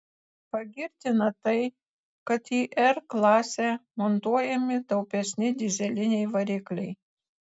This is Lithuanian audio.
pagirtina tai kad į r klasę montuojami taupesni dyzeliniai varikliai